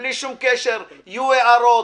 בלי שום קשר: יהיו הערות,